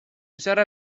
چرا